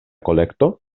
kolekto